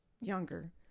younger